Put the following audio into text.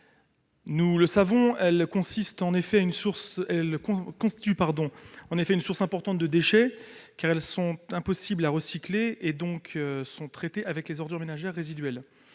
Nous le savons, elles constituent une source importante de déchets, car elles sont impossibles à recycler et sont donc traitées avec les ordures ménagères résiduelles.